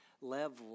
level